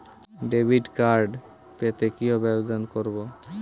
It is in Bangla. ডেবিট কার্ড পেতে কিভাবে আবেদন করব?